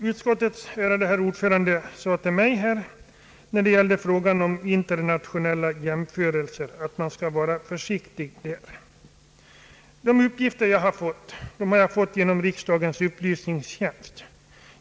Utskottets ärade ordförande sade till mig att man skall vara försiktig när det gäller internationella jämförelser. De uppgifter jag har lämnat har jag fått genom riksdagens upplysningstjänst.